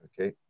Okay